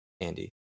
Andy